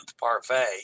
parfait